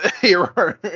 hero